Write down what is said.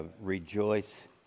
rejoice